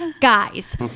guys